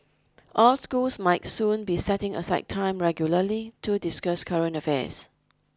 all schools might soon be setting aside time regularly to discuss current affairs